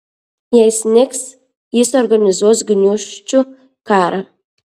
jei snigs jis organizuos gniūžčių karą